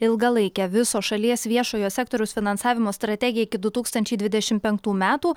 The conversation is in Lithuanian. ilgalaikę viso šalies viešojo sektoriaus finansavimo strategiją iki du tūkstančiai dvidešimt penktų metų